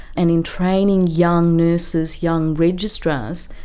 and in training young nurses, young registrars,